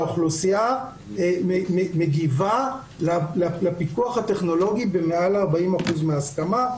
האוכלוסייה מגיבה לפיקוח הטכנולוגי במעל 40% בהסכמה.